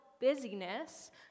busyness